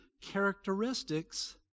characteristics